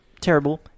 terrible